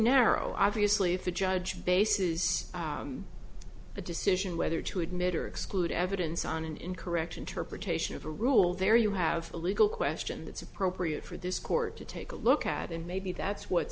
narrow obviously if a judge bases a decision whether to admit or exclude evidence on an incorrect interpretation of a rule there you have a legal question that's appropriate for this court to take a look at and maybe that's what